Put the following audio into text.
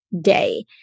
day